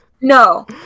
no